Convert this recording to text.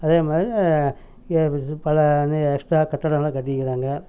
அதே மாதிரி பல இன்னும் எக்ஸ்ட்ரா கட்டடங்கள்லாம் கட்டிக்கிறாங்க